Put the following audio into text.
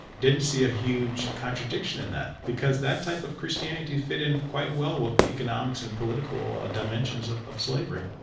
didn't see a huge contradiction in that, because that type of christianity fitted in quite well with the economics and political ah dimensions of of slavery.